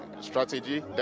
strategy